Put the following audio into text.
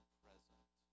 present